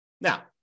Now